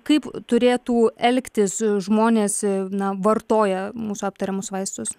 kaip turėtų elgtis žmonės na vartoję mūsų aptariamus vaistus